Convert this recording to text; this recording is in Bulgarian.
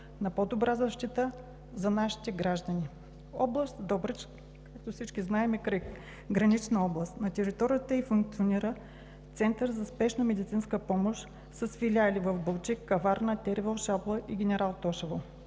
на по-добра защита за нашите граждани. Област Добрич, както всички знаем, е гранична област. На територията ѝ функционира Център за спешна медицинска помощ с филиали в Балчик, Каварна, Тервел, Шабла и Генерал Тошево.